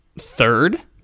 Third